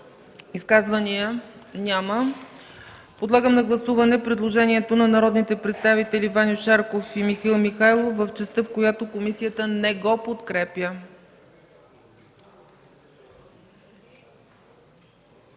Изказвания? Няма. Подлагам на гласуване предложението на народните представители Ваньо Шарков и Михаил Михайлов в частта, която комисията не подкрепя.